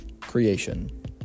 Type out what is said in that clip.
creation